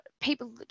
people